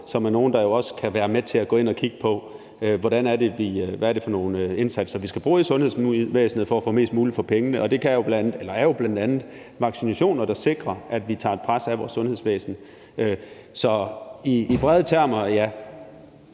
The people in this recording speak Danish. som er nogle, der kan være med til at gå ind og kigge på, hvad det er for nogle indsatser, vi skal bruge i sundhedsvæsenet for at få mest muligt for pengene. Og det er jo bl.a. vaccinationer, der sikrer, at vi tager presset af vores sundhedsvæsen. Så i brede termer: Ja.